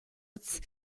its